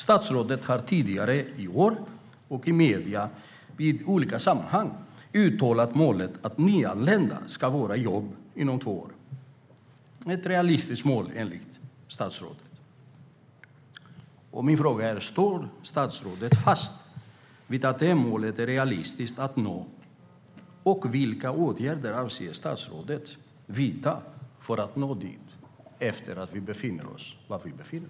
Statsrådet har tidigare i år i medier i olika sammanhang uttalat målet att nyanlända ska vara i jobb inom två år. Det är ett realistiskt mål enligt statsrådet. Min fråga är: Står statsrådet fast vid att det är realistiskt att nå det målet? Vilka åtgärder avser statsrådet att vidta, efter det att vi befinner oss där vi befinner oss, för att nå dit?